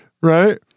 Right